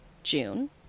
June